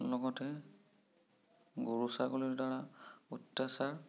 লগতে গৰু ছাগলীৰ দ্বাৰা অত্যাচাৰ